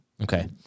Okay